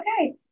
Okay